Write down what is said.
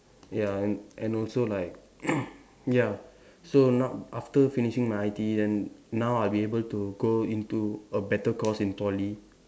ya and and also like ya so now after finishing my I_T_E then now I'll be able to go into a better course in Poly